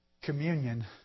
Communion